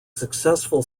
successful